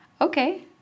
okay